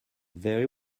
very